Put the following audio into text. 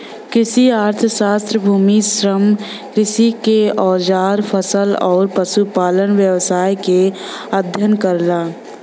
कृषि अर्थशास्त्र भूमि, श्रम, कृषि के औजार फसल आउर पशुपालन व्यवसाय क अध्ययन करला